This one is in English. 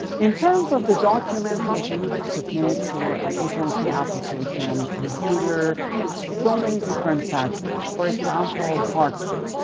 in terms of the documents that you need to submit, for an h and c application, consider so many different factors. for example, hardship.